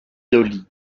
dolly